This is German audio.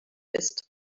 ist